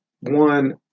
one